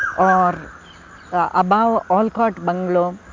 or above olcott bungalow.